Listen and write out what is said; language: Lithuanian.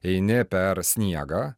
eini per sniegą